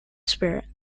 spirit